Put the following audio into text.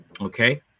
okay